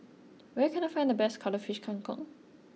where can I find the best Cuttlefish Kang Kong